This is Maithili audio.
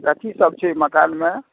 कथी सब छै मकानमे